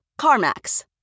CarMax